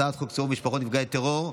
הצעת חוק צירוף משפחות נפגעי טרור,